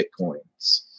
bitcoins